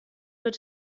wird